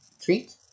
treat